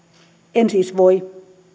en siis voi